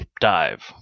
dive